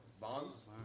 bonds